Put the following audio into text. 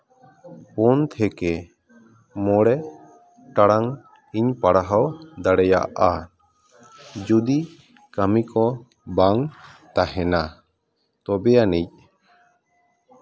ᱯᱩᱱ ᱛᱷᱮᱠᱮ ᱢᱚᱬᱮ ᱴᱟᱲᱟᱝ ᱤᱧ ᱯᱟᱲᱦᱟᱣ ᱫᱟᱲᱮᱭᱟᱜᱼᱟ ᱡᱩᱫᱤ ᱠᱟᱹᱢᱤ ᱠᱚ ᱵᱟᱝ ᱛᱟᱦᱮᱱᱟ ᱛᱚᱵᱮ ᱟᱹᱱᱤᱡ